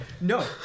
No